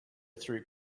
through